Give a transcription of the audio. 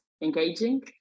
engaging